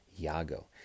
Iago